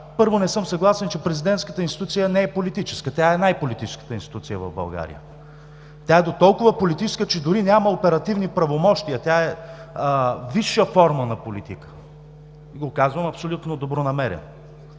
Първо, не съм съгласен, че президентската институция не е политическа. Тя е най-политическата институция в България. Тя е дотолкова политическа, че дори няма оперативни правомощия. Тя е висша форма на политика. Казвам го абсолютно добронамерено.